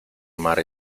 mar